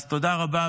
אז תודה רבה,